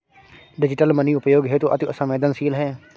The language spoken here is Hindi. डिजिटल मनी उपयोग हेतु अति सवेंदनशील है